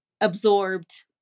absorbed